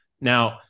Now